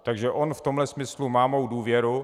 Takže on v tomhle smyslu má mou důvěru.